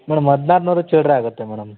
madam ಹದಿನಾರು ನೂರು ಚಿಲ್ಲರೆ ಆಗುತ್ತೆ ಮೇಡಮ್